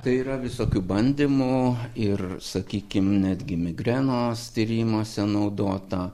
tai yra visokių bandymų ir sakykim netgi migrenos tyrimuose naudota